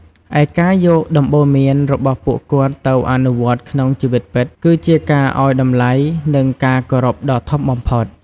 ឯការយកដំបូន្មានរបស់ពួកគាត់ទៅអនុវត្តក្នុងជីវិតពិត គឺជាការឲ្យតម្លៃ និងការគោរពដ៏ធំបំផុត។